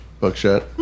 buckshot